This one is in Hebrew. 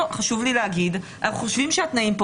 אבל התנאים פה,